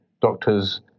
doctors